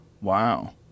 Wow